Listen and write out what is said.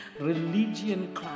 religion